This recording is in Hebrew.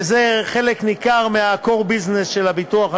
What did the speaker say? שזה חלק ניכר מה-Core Business של הביטוח הלאומי,